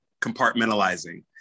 compartmentalizing